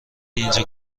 اینجا